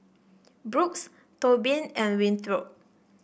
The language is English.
Brooks Tobin and Winthrop